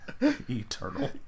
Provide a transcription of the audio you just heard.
eternal